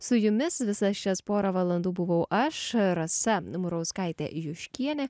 su jumis visas šias porą valandų buvau aš rasa murauskaitė juškienė